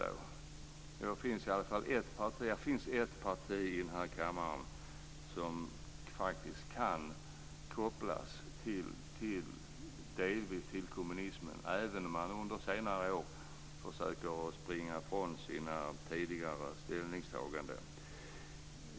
Ja, det finns ett parti i den här kammaren som kan kopplas delvis till kommunismen, även om man under senare år försöker springa ifrån sina tidigare ställningstaganden.